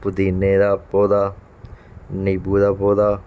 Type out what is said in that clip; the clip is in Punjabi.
ਪੁਦੀਨੇ ਦਾ ਪੌਦਾ ਨਿੰਬੂ ਦਾ ਪੌਦਾ